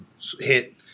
hit